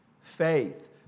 Faith